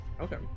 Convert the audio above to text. Okay